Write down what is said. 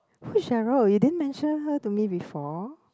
who is Cheryl you didn't mention her to me before